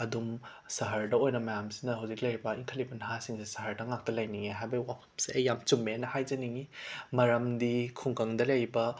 ꯑꯗꯨꯝ ꯁꯍꯔꯗ ꯑꯣꯏꯅ ꯃꯌꯥꯝꯁꯤꯅ ꯍꯧꯖꯤꯛ ꯂꯩꯔꯤꯕ ꯏꯟꯈꯠꯂꯛꯂꯤꯕ ꯅꯍꯥꯁꯤꯡꯁꯦ ꯁꯍꯔꯗ ꯉꯥꯛꯇ ꯂꯩꯅꯤꯡꯉꯦ ꯍꯥꯏꯕꯒꯤ ꯋꯥꯐꯝꯁꯦ ꯑꯩ ꯌꯥꯝꯅ ꯆꯨꯝꯃꯦꯅ ꯍꯥꯏꯖꯅꯤꯡꯏ ꯃꯔꯝꯗꯤ ꯈꯨꯡꯒꯪꯗ ꯂꯩꯕ